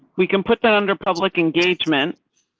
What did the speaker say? we can put that under public engagement.